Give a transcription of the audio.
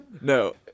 No